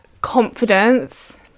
confidence